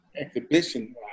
exhibition